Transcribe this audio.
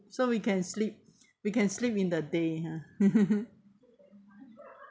so we can sleep we can sleep in the day ha